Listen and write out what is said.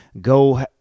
go